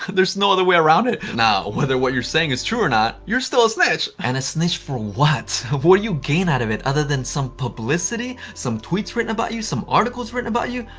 there's no other way around it. now, whether what you're saying is true or not, you're still a snitch. and a snitch for what? what do you gain out of it? other than some publicity, some tweets written about you, some articles written about you,